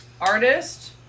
Artist